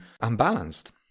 unbalanced